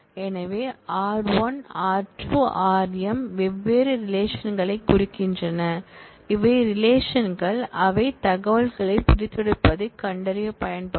எனவே r1 r2 rm வெவ்வேறு ரிலேஷன்களைக் குறிக்கின்றன இவை ரிலேஷன் கள் அவை தகவல்களைப் பிரித்தெடுப்பதைக் கண்டறிய பயன்படும்